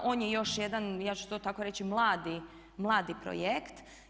On je još jedan, ja ću to tako reći mladi projekt.